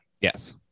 Yes